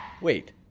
Wait